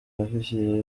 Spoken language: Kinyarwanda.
abofisiye